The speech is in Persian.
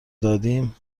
دادیم